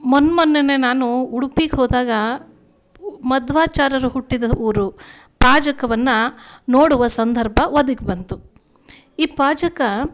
ಮೊನ್ನೆ ಮೊನ್ನೆನೇ ನಾನು ಉಡುಪಿಗೆ ಹೋದಾಗ ಮಧ್ವಾಚಾರ್ಯರು ಹುಟ್ಟಿದ ಊರು ಪಾಜಕವನ್ನು ನೋಡುವ ಸಂದರ್ಭ ಒದಗಿ ಬಂತು ಈ ಪಾಜಕ